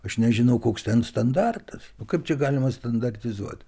aš nežinau koks ten standartas o kaip čia galima standartizuoti